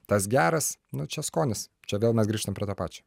tas geras nu čia skonis čia vėl mes grįžtam prie to pačio